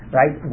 right